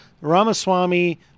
Ramaswamy